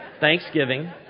Thanksgiving